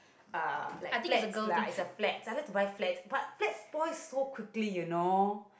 uh like flat lah is a flat I like to buy flat but flat spoil so quickly you know